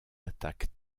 attaques